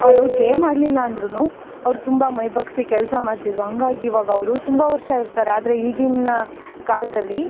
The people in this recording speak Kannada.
ಅವರು ಗೇಮ್ ಆಡಲಿಲ್ಲ ಅಂದ್ರೂ ಅವರು ತುಂಬ ಮೈಬಗ್ಗಿಸಿ ಕೆಲ್ಸ ಮಾಡ್ತಿದ್ದರು ಹಂಗಾಗಿ ಇವಾಗ ಅವರು ತುಂಬ ವರ್ಷ ಇರ್ತಾರೆ ಆದರೆ ಈಗಿನ ಕಾಲದಲ್ಲಿ